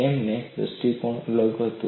તેમનો દ્રષ્ટિકોણ અલગ હતો